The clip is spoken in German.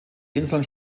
inseln